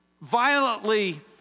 Violently